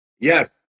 Yes